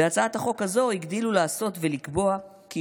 בהצעת החוק הזו הגדילו לעשות וקבעו כי